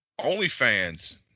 OnlyFans